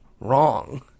wrong